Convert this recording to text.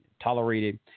tolerated